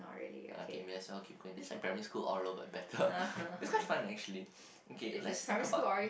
okay may I saw keep going this like primary school but better it's quite fun actually okay let's talk about